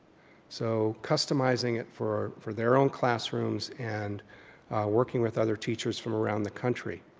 so customizing it for for their own classrooms and working with other teachers from around the country.